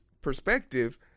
perspective